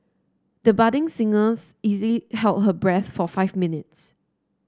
the budding singers easily held her breath for five minutes